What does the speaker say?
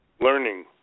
learning